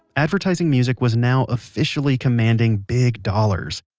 advertising music was now officially commanding big dollars.